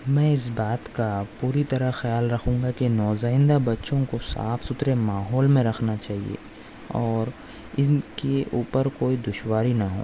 میں اِس بات کا پوری طرح خیال رکھوں گا کہ نوزائدہ بچوں کو صاف سُتھرے ماحول میں رکھنا چاہیے اور اِن کے اُوپر کوئی دشواری نہ ہو